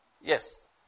Yes